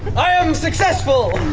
i am successful